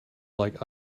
like